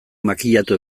makillatu